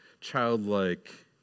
childlike